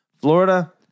Florida